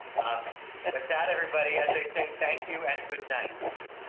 um with that everybody as they say thank you and good night.